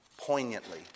poignantly